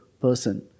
person